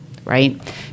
right